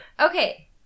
Okay